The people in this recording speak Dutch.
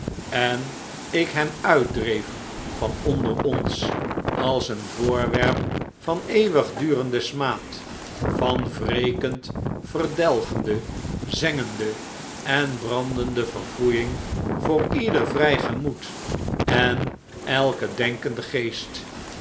en ik hem uitdreef van onder ons als een voorwerp van eeuwigdurenden smaad van wrekend verdelgende zengende en brandende verfoeiing voor ieder vrij gemoed en elken denkenden geest